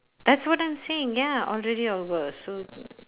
that's what I'm saying ya already over so